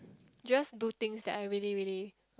just do things that I really really